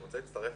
אני רוצה להצטרף